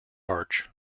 arch